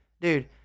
Dude